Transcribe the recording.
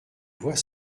voit